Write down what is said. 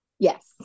Yes